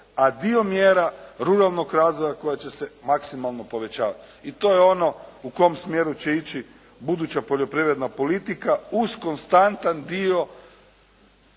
a dio mjera ruralnog razvoja koja će se maksimalno povećavati. I to je ono u kom smjeru će ići buduća poljoprivredna politika uz konstantan dio